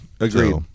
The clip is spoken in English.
Agreed